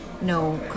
no